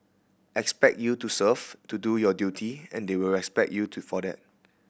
expect you to serve to do your duty and they will respect you to for that